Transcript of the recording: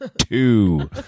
two